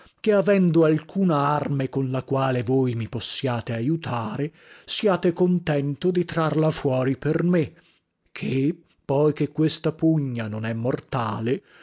che avendo alcuna arme con la quale voi mi possiate aiutare siate contento di trarla fuori per me ché poi che questa pugna non è mortale